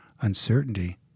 uncertainty